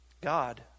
God